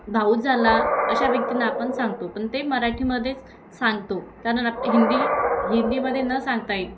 भाऊ झाला अशा व्यक्तींना आपण सांगतो पण ते मराठीमध्येच सांगतो कारण आप हिंदी हिंदीमध्ये न सांगताही